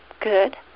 good